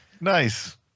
nice